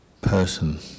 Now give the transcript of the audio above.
person